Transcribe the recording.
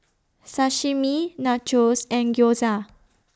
Sashimi Nachos and Gyoza